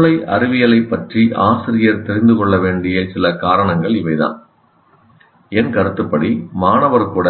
மூளை அறிவியலைப் பற்றி ஆசிரியர் தெரிந்து கொள்ள வேண்டிய சில காரணங்கள் இவைதான் என் கருத்துப்படி மாணவர் கூட